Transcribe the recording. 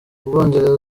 ubwongereza